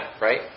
right